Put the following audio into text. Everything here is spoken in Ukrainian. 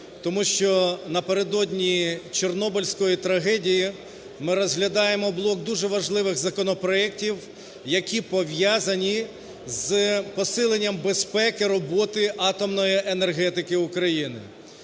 тому що напередодні Чорнобильської трагедії ми розглядаємо блок дуже важливих законопроектів, які пов'язані з посиленням безпеки роботи атомної енергетики України.